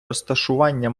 розташування